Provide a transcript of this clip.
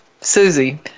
Susie